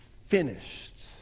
finished